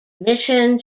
mission